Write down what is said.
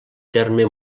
terme